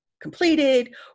completed